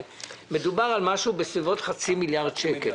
מדובר על משהו בסביבות חצי מיליארד שקל.